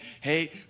Hey